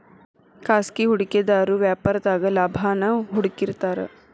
ಖಾಸಗಿ ಹೂಡಿಕೆದಾರು ವ್ಯಾಪಾರದಾಗ ಲಾಭಾನ ಹುಡುಕ್ತಿರ್ತಾರ